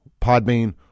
Podbean